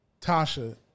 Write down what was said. Tasha